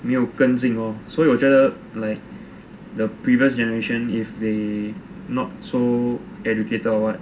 没有跟进 lor 所以我觉得 like the previous generation if they not so educated or what